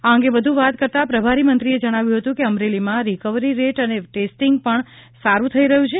આ અંગે વધુ વાત કરતા પ્રભારી મંત્રીશ્રીએ જણાવ્યું હતું કે અમરેલીમાં રિકવરી રેટ અને ટેસ્ટિંગ પણ સારું થઈ રહ્યુ છે